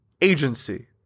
agency